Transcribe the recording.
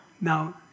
Now